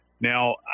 Now